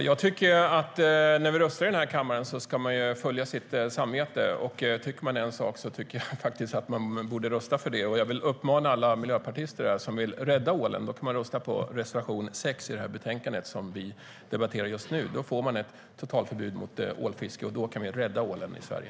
Herr talman! När vi röstar i den här kammaren ska man följa sitt samvete. Tycker man en sak borde man rösta för det. Jag vill uppmana alla miljöpartister som vill rädda ålen att rösta på reservation nr 6 i det betänkande som vi debatterar just nu. Bifalls denna får vi ett totalförbud mot ålfiske, och då kan vi rädda ålen i Sverige.